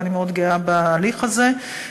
ואני מאוד גאה בהליך הזה,